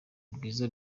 bwiza